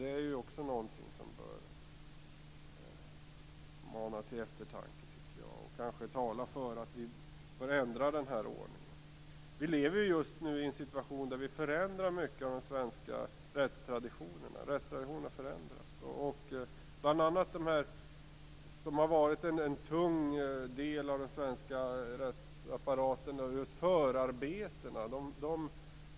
Det bör mana till eftertanke och talar för att vi bör ändra denna ordning. Just nu förändras de svenska rättstraditionerna. En tung del av den svenska rättsapparaten har varit förarbetena.